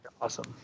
Awesome